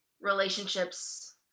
relationships